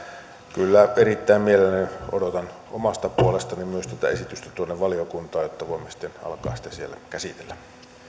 kyllä erittäin mielelläni odotan myös omasta puolestani tätä esitystä tuonne valiokuntaan että voimme sitten alkaa sitä siellä käsitellä